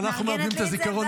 מארגנת לי את זה,